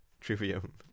Trivium